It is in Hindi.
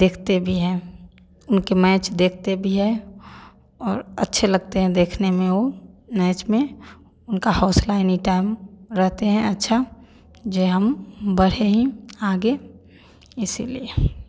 देखते भी है उनके मैच देखते भी हैं और अच्छे लगते हैं देखने में वो मैच में उनका हौसला एनी टाइम रहता है अच्छा जो हम बढ़े आगे इसलिए